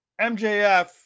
MJF